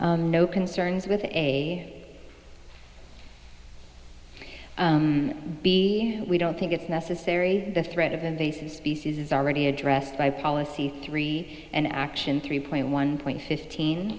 fifteen no concerns with a b we don't think it's necessary the threat of invasive species is already addressed by policy three and action three point one point fifteen